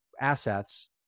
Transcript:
assets